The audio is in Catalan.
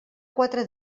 quatre